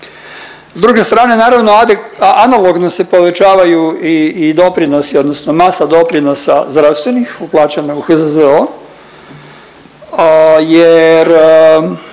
S druge strane naravno adek… analogno se povećaju i doprinosi odnosno masa doprinosa zdravstvenih u plaćama u HZZO jer,